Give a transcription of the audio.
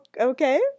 Okay